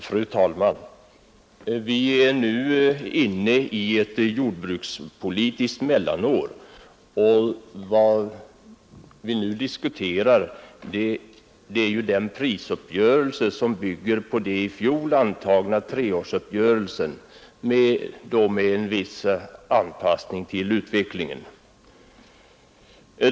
Fru talman! Vi är nu inne i ett jordbrukspolitiskt mellanår. Vad som här diskuteras är ju den prisuppgörelse som bygger på den i fjol antagna treårsuppgörelsen, som innebar en viss anpassning till utvecklingen.